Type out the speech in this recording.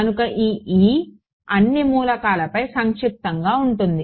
కనుక ఈ e అన్ని మూలకాలపై సంక్షిప్తంగా ఉంటుంది